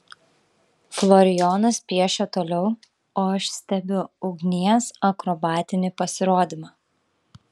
florijonas piešia toliau o aš stebiu ugnies akrobatinį pasirodymą